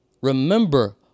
remember